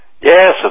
Yes